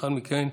לאחר מכן,